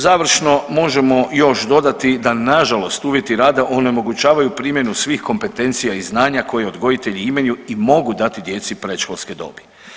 Završno možemo još dodati da nažalost uvjeti rada onemogućavaju primjenu svih kompetencija i znanja koje odgojitelji imaju i mogu dati djeci predškolske dobi.